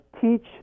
teach